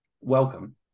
welcome